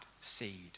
seed